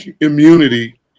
immunity